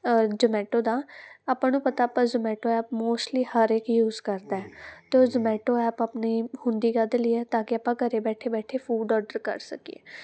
ਜਮੈਟੋ ਦਾ ਆਪਾਂ ਨੂੰ ਪਤਾ ਆਪਾਂ ਜੋਮੈਟੇ ਐਪ ਮੋਸਟਲੀ ਹਰ ਇੱਕ ਯੂਜ ਕਰਦਾ ਅਤੇ ਉਹ ਜਮੈਟੋ ਐਪ ਆਪਣੀ ਹੁੰਦੀ ਕਾਹਦੇ ਲਈ ਹੈ ਤਾਂ ਕਿ ਆਪਾਂ ਘਰ ਬੈਠੇ ਬੈਠੇ ਫੂਡ ਓਰਡਰ ਕਰ ਸਕੀਏ